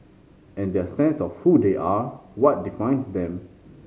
and their sense of who they are what defines them